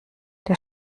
der